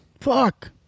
Fuck